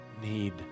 need